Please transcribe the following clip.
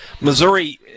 Missouri